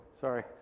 Sorry